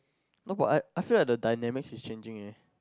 no but I I feel that the dynamics is changing eh